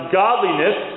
godliness